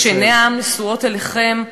שעיני העם נשואות אליכם,